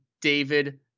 David